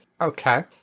Okay